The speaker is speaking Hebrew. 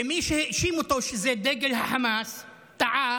ומי שהאשים אותו שזה דגל החמאס טעה,